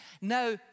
Now